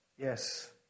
Yes